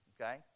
okay